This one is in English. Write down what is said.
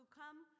come